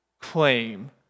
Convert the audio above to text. claim